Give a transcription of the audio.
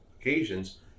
occasions